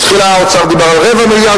בתחילה האוצר דיבר על רבע מיליארד.